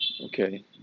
Okay